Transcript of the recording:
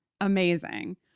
Amazing